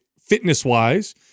fitness-wise